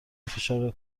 فشار